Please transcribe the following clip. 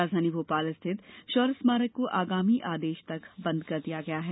राजधानी भोपाल स्थित शौर्य स्मारक को आगामी आदेश तक बंद कर दिया गया है